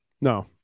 No